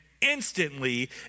instantly